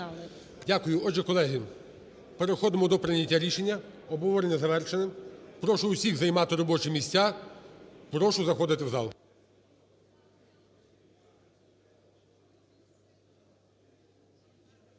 Дякую. Отже, колеги, переходимо до прийняття рішення, обговорення завершено. Прошу усіх займати робочі місця, прошу заходити в зал.